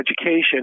education